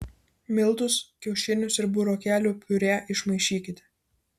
miltus kiaušinius ir burokėlių piurė išmaišykite